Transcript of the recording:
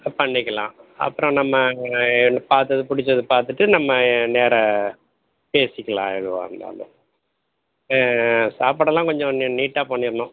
ஆ பண்ணிக்கலாம் அப்புறம் நம்ம என்ன பார்த்தது பிடிச்சத பார்த்துட்டு நம்ம நேராக பேசிக்கலாம் எதுவாக இருந்தாலும் சாப்பாடெல்லாம் கொஞ்சம் நீ நீட்டாக பண்ணிடணும்